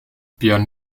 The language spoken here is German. björn